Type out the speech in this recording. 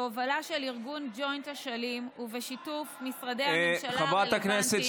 בהובלה של ארגון ג'וינט-אשלים ובשיתוף משרדי הממשלה הרלוונטיים